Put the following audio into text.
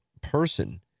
person